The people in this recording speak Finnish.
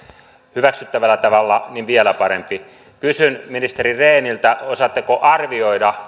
hyväksyttävällä tavalla niin vielä parempi kysyn ministeri rehniltä osaatteko arvioida